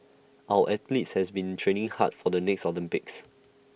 our athletes has been training hard for the next Olympics